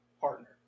partner